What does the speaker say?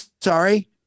sorry